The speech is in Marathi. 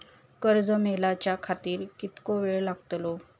कर्ज मेलाच्या खातिर कीतको वेळ लागतलो?